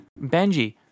Benji